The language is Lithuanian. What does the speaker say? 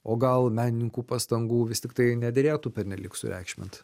o gal menininkų pastangų vis tiktai nederėtų pernelyg sureikšmint